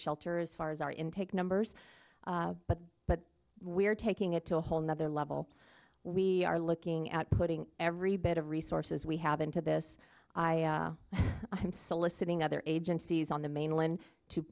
shelter as far as our intake numbers but but we are taking it to a whole nother level we are looking at putting every bit of resources we have into this i'm soliciting other agencies on the mainland to